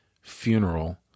funeral